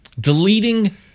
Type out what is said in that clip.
Deleting